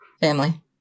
Family